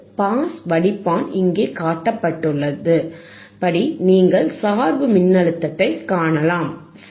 pass வடிப்பான் இங்கே காட்டப்பட்டுள்ளபடி நீங்கள் சார்பு மின்னழுத்தத்தைக் காணலாம் சரி